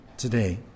today